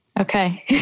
Okay